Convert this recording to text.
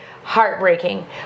heartbreaking